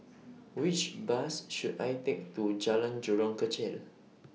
Which Bus should I Take to Jalan Jurong Kechil